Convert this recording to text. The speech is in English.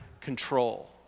control